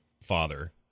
father